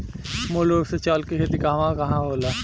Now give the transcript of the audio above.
मूल रूप से चावल के खेती कहवा कहा होला?